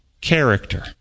character